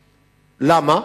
למה?